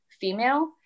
female